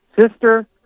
Sister